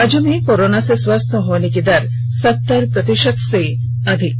राज्य में कोरोना से स्वस्थ होने की दर सत्तर प्रतिशत से अधिक है